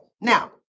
now